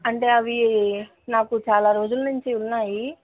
అంటే అవీ నాకు చాలా రోజుల నుంచి ఉన్నాయి